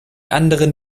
anderen